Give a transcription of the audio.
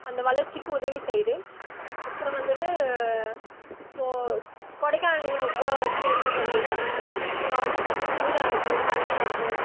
அந்த வளர்ச்சிக்கு உதவி செய்யுது அப்பறோம் வந்துட்டு இப்போது கொடைக்கானல்லேயே ரொம்ப ஃபேமஸ் அப்படினா அங்கே வந்துட்டு குளிராயிருக்கும் பனியாயிருக்கும்